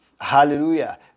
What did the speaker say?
Hallelujah